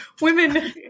women